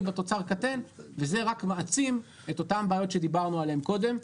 בתוצר קטן וזה רק מעצים את אותן בעיות שדיברנו עליהן קודם,